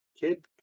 kid